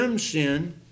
sin